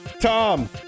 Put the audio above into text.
Tom